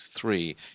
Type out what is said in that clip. three